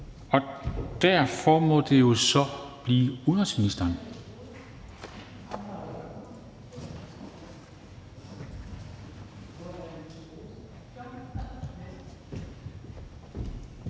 Derfor må det så blive udenrigsministeren.